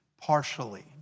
partially